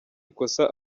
ikosa